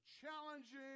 challenging